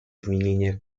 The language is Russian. изменения